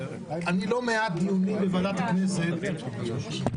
אני לא מעט דיונים בוועדת הכנסת --- שנייה,